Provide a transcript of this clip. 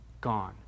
gone